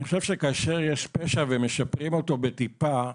אני חושב שכאשר יש פשע ומשקמים אותו בטיפה,